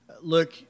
look